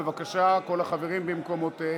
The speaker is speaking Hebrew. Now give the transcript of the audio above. בבקשה, כל החברים במקומותיהם.